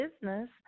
business